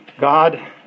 God